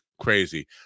crazy